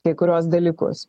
kai kuriuos dalykus